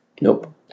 Nope